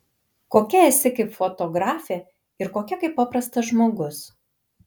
kokia esi kaip fotografė ir kokia kaip paprastas žmogus